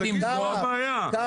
תגיד שזו הבעיה.